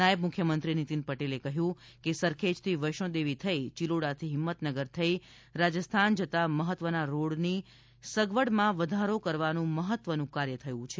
નાયબ મુખ્યમંત્રી નીતિન પટેલ કહ્યું કે સરખેજથી વૈષ્ણોદેવી થઇ ચિલોડાથી હિંમતનગર થઇ રાજસ્થાન જતા મહત્વના રોડની સગવડમાં વધારો કરવાનું મહત્ત્વનું કાર્ય થયું છે